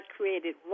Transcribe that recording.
created